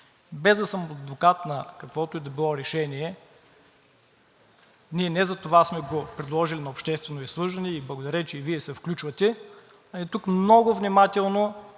Без да съм адвокат на каквото и да било решение, ние не затова сме го предложили на обществено обсъждане и благодаря, че и Вие се включвате, тук много внимателно